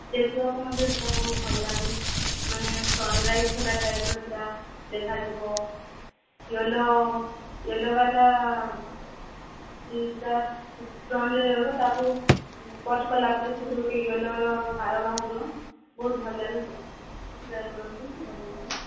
ଦେଖିବାକୁ ମଧ୍ୟ ସେଇଟା ବହୁତ ଭଲ ଲାଗେ ମାନେ ସନ୍ରାଇଜ୍ ହେଲା ଟାଇପ୍ର ସେଇଟା ଦେଖାଯିବ ୟେଲୋ ୟେଲୋବାଲା ଦୁଇଟା ରହିବ ତାକୁ କଟ୍ କଲା ପରେ ସେଥିରୁ ଗୋଟେ ୟେଲୋର ଧାର ବାହାରିବ ବହୁତ ଭଲ ଲାଗିବ ସେଇଟା ଆପଣ ଟ୍ରାଏ କରନ୍ତୁ ଭଲ ଲାଗିବ